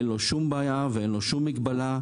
אין לו שום מגבלה לכך.